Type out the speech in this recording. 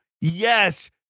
yes